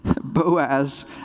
Boaz